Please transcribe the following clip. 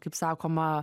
kaip sakoma